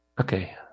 okay